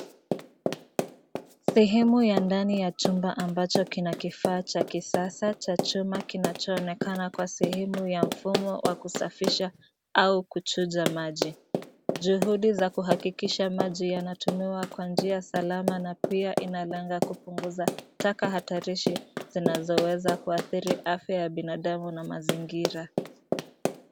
Sehemu ya ndani ya chumba ambacho kina kifaa cha kisasa cha chuma kinachoonekana kwa sehemu ya mfumo wa kusfisha au kuchuja maji. Juhudi za kuhakikisha maji yanatumiwa kwa njia salama na pia inalenga kupunguza taka hatarishi zinazoweza kuathiri afya ya binadamu na mazingira.